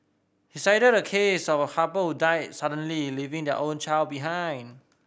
he cited a case of a couple died suddenly leaving their only child behind